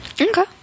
okay